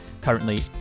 currently